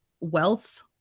wealth